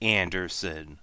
anderson